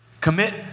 Commit